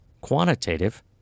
Quantitative